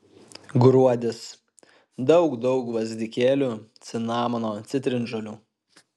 gruodis daug daug gvazdikėlių cinamono citrinžolių